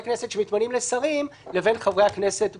הכנסת שמתמנים לשרים לבין חברי הכנסת בכנסת.